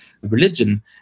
religion